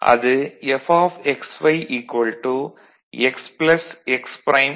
அது Fxy x x'